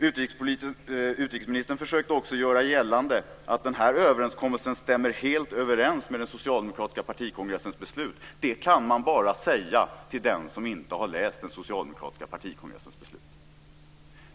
Utrikesministern försökte också göra gällande att överenskommelsen stämmer helt överens med den socialdemokratiska partikongressens beslut. Det kan man bara säga till den som inte har läst den socialdemokratiska partikongressens beslut.